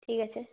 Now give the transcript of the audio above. ঠিক আছে